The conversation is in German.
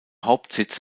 hauptsitz